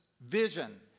vision